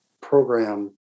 program